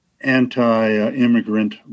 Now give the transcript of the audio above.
anti-immigrant